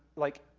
like,